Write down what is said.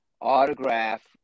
autograph